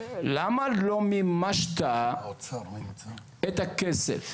למה לא מימשת את הכסף